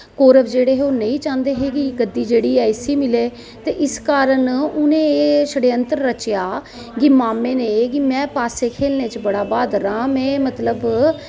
कौरव जेहडे़ हे ओह् नेईं चांहदे हे कि गद्दी जेहड़ी ऐ इसी मिलेैते इस कारण उंहे शडयंत्र रचेया मामे ने कि में पास्से खेलने च बड़ा ब्हादर हा में मतलब